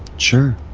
sure